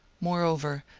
moreover,